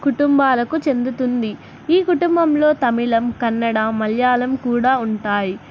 కుటుంబాలకు చెందుతుంది ఈ కుటుంబంలో తమిళం కన్నడ మలయాళం కూడా ఉంటాయి